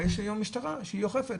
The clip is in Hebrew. יש היום משטרה שהיא אוכפת.